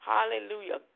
Hallelujah